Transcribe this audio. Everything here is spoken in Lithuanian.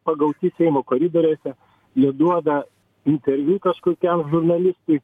pagauti seimo koridoriuose neduoda interviu kažkokiam žurnalistui